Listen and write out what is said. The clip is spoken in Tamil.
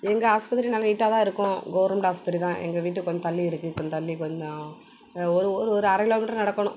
எங்கள் ஆஸ்பத்திரி நல்லா நீட்டாக தான் இருக்கும் கவுர்மெண்ட்டு ஆஸ்பத்திரி தான் எங்கள் வீட்டு கொஞ்சம் தள்ளி இருக்குது கொஞ்சம் தள்ளி கொஞ்சம் ஒரு ஒரு ஒரு அரை கிலோமீட்டர் நடக்கணும்